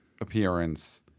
appearance